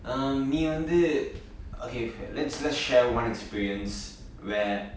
um நீ வந்து:nee vanthu okay okay let's let's share one experience where